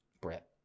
brett